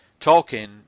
Tolkien